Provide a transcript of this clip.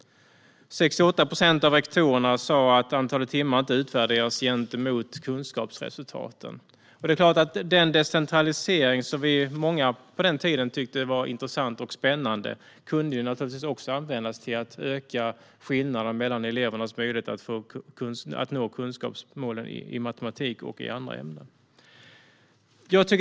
68 procent av rektorerna sa att antalet timmar inte utvärderats gentemot kunskapsresultaten. Den decentralisering som vi var många som tyckte var intressant och spännande på den tiden kunde naturligtvis också användas till att öka skillnaden mellan elevernas möjligheter att nå kunskapsmålen i matematik och andra ämnen. Herr talman!